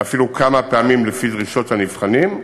ואפילו כמה פעמים לפי דרישות הנבחנים.